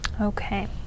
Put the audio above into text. Okay